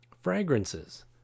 Fragrances